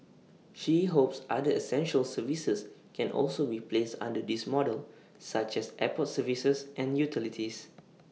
she hopes other essential services can also be placed under this model such as airport services and utilities